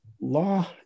law